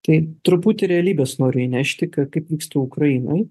tai truputį realybės noriu įnešti ka kaip vyksta ukrainoj